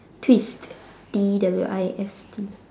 twist T W I S T